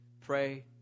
pray